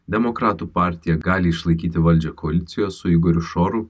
demokratų partija gali išlaikyti valdžią koalicijos su igoriu šoru